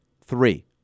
three